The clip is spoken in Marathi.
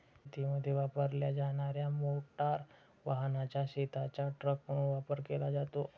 शेतीमध्ये वापरल्या जाणार्या मोटार वाहनाचा शेतीचा ट्रक म्हणून वापर केला जातो